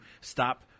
stop